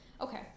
Okay